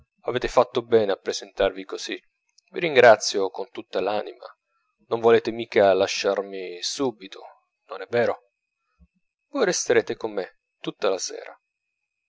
avete fatto bene a presentarvi così vi ringrazio con tutta l'anima non volete mica lasciarmi subito non è vero voi resterete con me tutta la sera